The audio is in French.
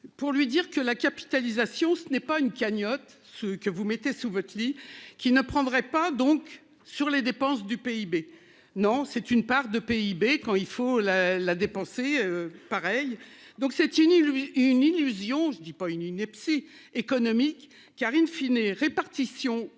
Pour lui dire que la capitalisation, ce n'est pas une cagnotte, ce que vous mettez sous votre lit, qui ne prendrait pas donc sur les dépenses du PIB. Non c'est une part de PIB quand il faut la la dépenser pareil donc c'est une île. Oui une illusion. Je ne dis pas une ineptie économique car in fine et répartition ou